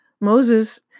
Moses